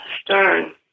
Stern